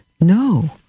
No